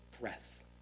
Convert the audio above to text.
breath